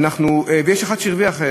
ויש אחד שהרוויח,